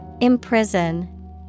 Imprison